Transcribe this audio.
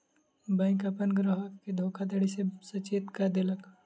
bank अपन ग्राहक के धोखाधड़ी सॅ सचेत कअ देलक